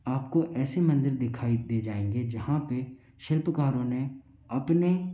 आपको ऐसे मंदिर दिखाई दे जाएंगे जहाँ पे शिल्पकारों ने अपने